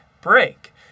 break